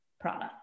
product